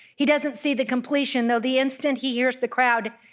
he doesn't see the completion, though the instant he hears the crowd,